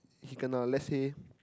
he kena let's say